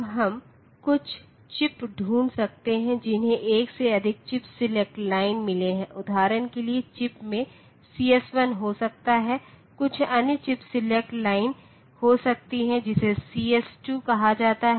अब हम कुछ चिप्स ढूंढ सकते हैं जिन्हें एक से अधिक चिप सेलेक्ट लाइन मिले है उदाहरण के लिए चिप में CS1 हो सकता है कुछ अन्य चिप सेलेक्ट लाइन हो सकती है जिसे CS2 कहा जाता है